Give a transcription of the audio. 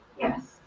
Yes